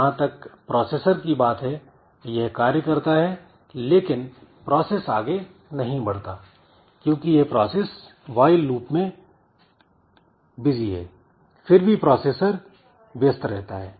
जहां तक प्रोसेसर की बात है यह कार्य करता है लेकिन प्रोसेस आगे नहीं बढ़ता क्योंकि यह प्रोसेस व्हाईल लूप में है फिर भी प्रोसेसर व्यस्त रहता है